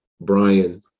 Brian